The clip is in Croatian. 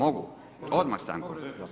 Odmah stanku?